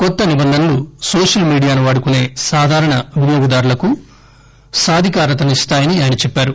కొత్త నిబంధనలు నోషల్ మీడియాను వాడుకునే సాధారణ వినియోగదారులకు సాధికారతనిస్తాయని చెప్పారు